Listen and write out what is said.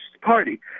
party